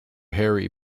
harry